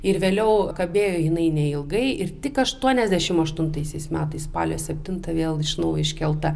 ir vėliau kabėjo jinai neilgai ir tik aštuoniasdešimt aštuntaisiais metais spalio septintą vėl iš naujo iškelta